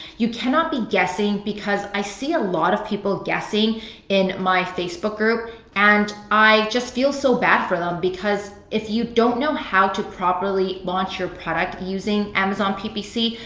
you cannot be guessing because i see a lot of people guessing in my facebook group and i just feel so bad for them because if you don't know how to properly launch your product using amazon ppc,